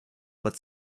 but